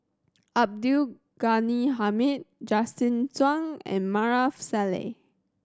Abdul Ghani Hamid Justin Zhuang and Maarof Salleh